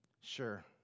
Sure